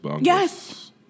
Yes